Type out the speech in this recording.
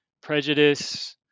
prejudice